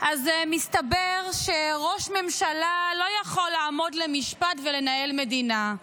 אז מסתבר שראש ממשלה לא יכול לעמוד למשפט ולנהל מדינה.